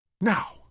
Now